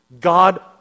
God